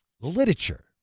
literature